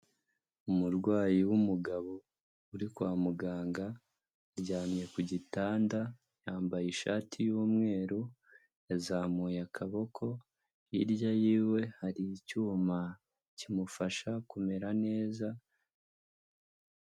Umurwayi w'umugabo uri kwa muganga, aryamye ku gitanda, yambaye ishati y'umweru yazamuye akaboko, hirya y'iwe hari icyuma kimufasha kumera neza.